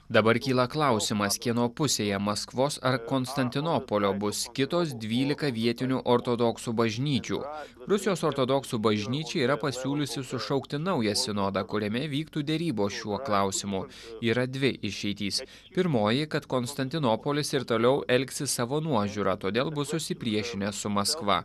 dabar kyla klausimas kieno pusėje maskvos ar konstantinopolio bus kitos dvylika vietinių ortodoksų bažnyčių rusijos ortodoksų bažnyčia yra pasiūliusi sušaukti naują sinodą kuriame vyktų derybos šiuo klausimu yra dvi išeitys pirmoji kad konstantinopolis ir toliau elgsis savo nuožiūra todėl bus susipriešinęs su maskva